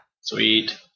Sweet